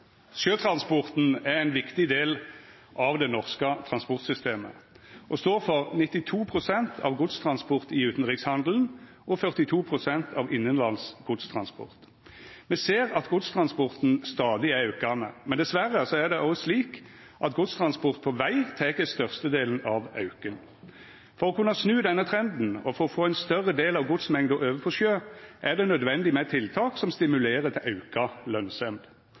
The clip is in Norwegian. Sjøtransporten er ein viktig del av det norske transportsystemet og står for 92 pst. av godstransporten i utanrikshandelen og 42 pst. av innanlands godstransport. Me ser at godstransporten stadig er aukande, men dessverre er det òg slik at godstransport på veg tek størstedelen av auken. For å kunna snu denne trenden og for å få ein større del av godsmengda over på sjø er det nødvendig med tiltak som stimulerer til auka lønsemd.